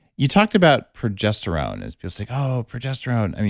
you talked about progesterone as just like, oh, progesterone.